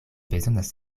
bezonas